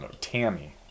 Tammy